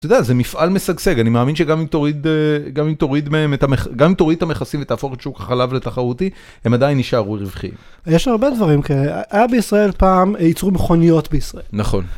אתה יודע, זה מפעל משגשג, אני מאמין שגם אם תוריד את המכסים ותהפוך את שוק החלב לתחרותי הם עדיין ישארו רווחיים. יש הרבה דברים כאלה, היה בישראל פעם ייצרו מכוניות בישראל. נכון.